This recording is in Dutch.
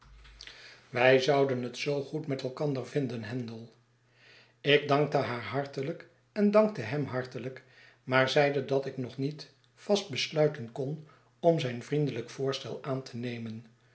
wij zouden het zoo goed met elkander vinden handel ik dankte haarhartelijk en dankte hem hartelijk rnaar zeide dat ik nog niet vast besluiten kon om zijn vriendelijk voorstel aan te nemen